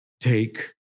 take